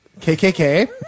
kkk